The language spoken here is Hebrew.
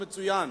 זה מצוין.